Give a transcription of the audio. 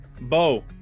Bo